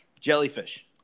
Jellyfish